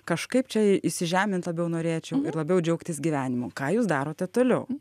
kažkaip čia į įsižemint labiau norėčiau ir labiau džiaugtis gyvenimu ką jūs darote toliau